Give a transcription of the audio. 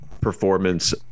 performance